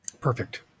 Perfect